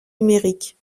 numériques